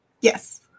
Yes